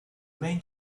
main